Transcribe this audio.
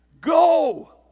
Go